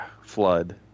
flood